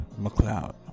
McLeod